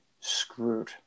screwed